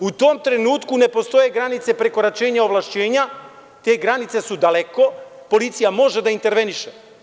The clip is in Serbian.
U tom trenutku ne postoje granice prekoračenja ovlašćenja, te granice su daleko, policija može da interveniše.